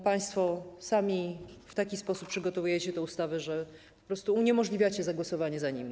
Państwo sami w taki sposób przygotowujecie te ustawy, że po prostu uniemożliwiacie zagłosowanie za nimi.